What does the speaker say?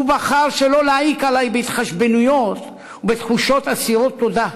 הוא בחר שלא להעיק עלי בהתחשבנויות ובתחושות אסירות תודה.